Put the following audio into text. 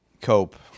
Cope